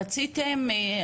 רציתם?